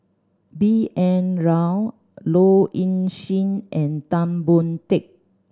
B N Rao Low Ing Sing and Tan Boon Teik